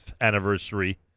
anniversary